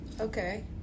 Okay